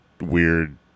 weird